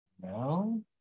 No